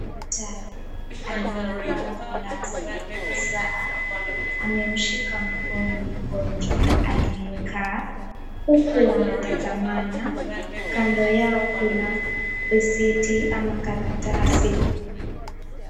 Daktari aliyevaa glasi, saa amemshika mkono mgonjwa aliyekaa, huku wanatazamana. Kando yao kuna risiti ama karatasi.